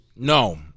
No